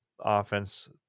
offense